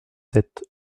sept